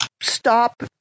stop